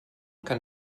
kann